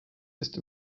ist